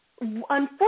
unfortunately